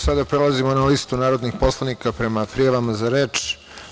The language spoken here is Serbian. Sada prelazimo na listu narodnih poslanika prema prijavama za reč.